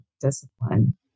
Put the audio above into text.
discipline